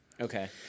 Okay